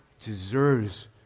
deserves